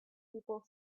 people